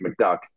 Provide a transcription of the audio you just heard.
McDuck